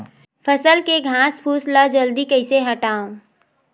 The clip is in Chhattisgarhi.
फसल के घासफुस ल जल्दी कइसे हटाव?